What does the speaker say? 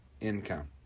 income